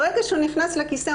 ברגע שהוא נכנס לכיסא,